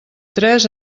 tres